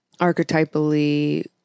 archetypally